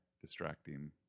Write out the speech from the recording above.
distracting